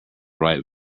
right